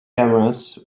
cameras